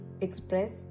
express